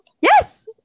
Yes